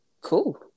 Cool